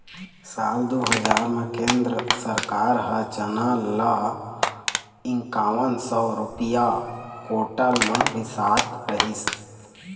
साल दू हजार म केंद्र सरकार ह चना ल इंकावन सौ रूपिया कोंटल म बिसात रहिस